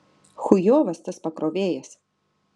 chujovas tas pakrovėjas